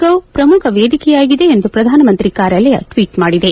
ಗೌ ಪ್ರಮುಖ ವೇದಿಕೆಯಾಗಿದೆ ಎಂದು ಪ್ರಧಾನಮಂತ್ರಿ ಕಾರ್ಯಾಲಯ ಟ್ನೀಟ್ ಮಾಡಿದೆ